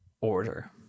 order